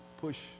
push